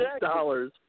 dollars